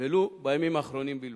ולו בימים האחרונים בלבד,